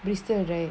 bristol right